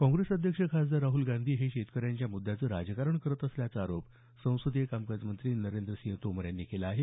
काँग्रेस अध्यक्ष खासदार राहल गांधी हे शेतकऱ्यांच्या म्द्यांचं राजकारण करत असल्याचा आरोप संसदीय कामकाज मंत्री नरेंद्र सिंह तोमर यांनी केला आहे